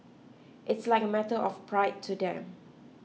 it's like a matter of pride to them